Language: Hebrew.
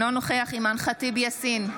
אינו נוכח אימאן ח'טיב יאסין,